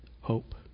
hope